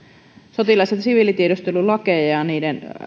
sotilas ja siviilitiedustelulakeja ja niiden